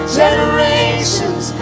generations